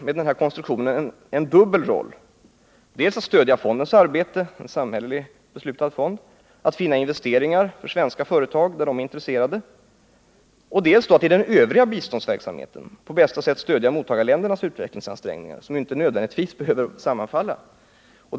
Med den här konstruktionen får ju personalen en dubbelroll: dels att stödja fondens arbete — en av staten beslutad fond —, dels att finna investeringsobjekt som svenska företag kan vara intresserade för, dels när det gäller den övriga biståndsverksamheten att på bästa sätt stödja mottagarländernas utvecklingsansträngningar, som inte nödvändigtvis behöver sammanfalla med de andra intressena.